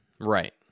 right